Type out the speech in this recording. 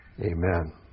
Amen